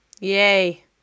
Yay